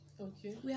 Okay